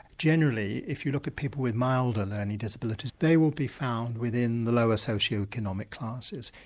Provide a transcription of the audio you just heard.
generally if you look at people with milder learning disabilities they will be found within the lower socio-economic classes.